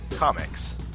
Comics